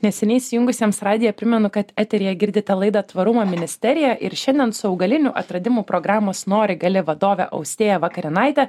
neseniai įsijungusiems radiją primenu kad eteryje girdite laidą tvarumo ministerija ir šiandien su augalinių atradimų programos nori gali vadove austėja vakarinaite